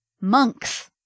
monks